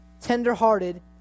tender-hearted